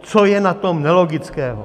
Co je na tom nelogického?